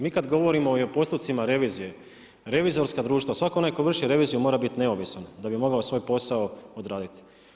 Mi kad govorimo o postupcima revizije, revizorska društva, svatko onaj tko vrši reviziju mora biti neovisan, da bi mogao svoj posao odraditi.